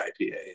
IPA